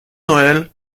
noël